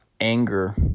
anger